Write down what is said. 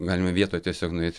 galime vietoj tiesiog nueit